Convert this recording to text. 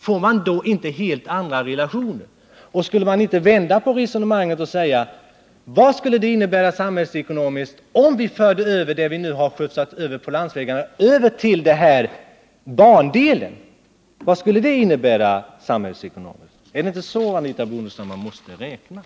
Får man inte då helt andra relationer? Borde man inte vända på resonemanget och fråga vad det skulle innebära samhällsekonomiskt, om den trafik som lagts över på landsvägarna fick vara kvar på en viss bandel? Är det inte så man måste räkna, Anitha Bondestam?